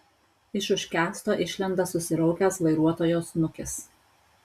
iš už kęsto išlenda susiraukęs vairuotojo snukis